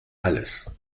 alles